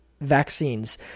vaccines